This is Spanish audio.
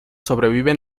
sobreviven